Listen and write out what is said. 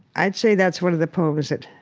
i'd say that's one of the poems that,